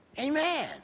Amen